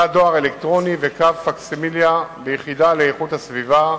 תא דואר אלקטרוני וקו פקסימיליה ביחידה לאיכות הסביבה,